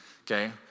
Okay